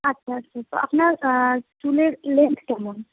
আচ্ছা আচ্ছা তো আপনার চুলের লেনথ কেমন